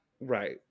Right